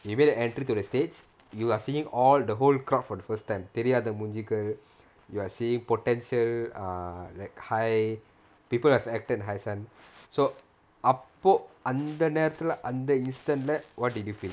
you made the entry to the stage you are seeing all the whole crowd for the first time தெரியாத மூஞ்சிகள்:theriyaatha moonjigal you are seeing potential err like high people who have acted in err so அந்த நேரத்துல அந்த:antha nerathula antha instant lah what did you feel